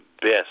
best